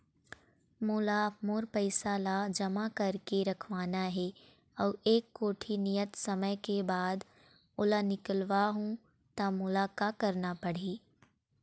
मोला मोर पैसा ला जमा करके रखवाना हे अऊ एक कोठी नियत समय के बाद ओला निकलवा हु ता मोला का करना पड़ही?